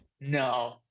no